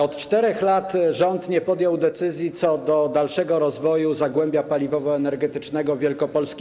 Od 4 lat rząd nie podjął decyzji co do dalszego rozwoju zagłębia paliwowo-energetycznego wschodniej Wielkopolski.